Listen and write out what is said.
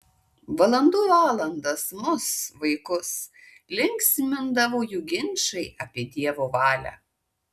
valandų valandas mus vaikus linksmindavo jų ginčai apie dievo valią